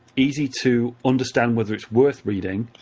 easy to understand whether it's worth reading,